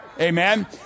Amen